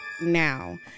now